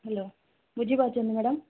hello ବୁଝି ପାରୁଛନ୍ତି madam